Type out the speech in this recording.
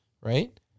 right